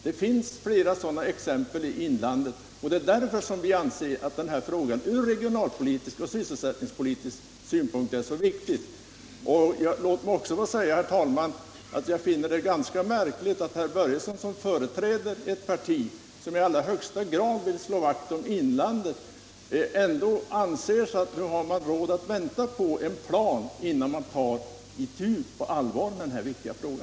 Det finns flera sådana exempel i inlandet, och det är därför vi anser att den här frågan från regionalpolitisk och sysselsättningspolitisk synpunkt är så viktig. Låt mig också, herr talman, få säga att jag finner det märkligt att herr Börjesson i Glömminge, som företräder ett parti som i allra högsta grad vill slå vakt om inlandet, ändå anser sig ha råd att vänta på en plan innan man på allvar tar itu med denna viktiga fråga.